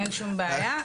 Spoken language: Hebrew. אין שום בעיה.